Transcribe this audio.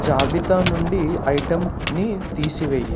జాబితా నుండి ఐటెంని తీసివెయ్యి